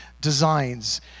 designs